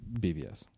BBS